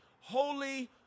holy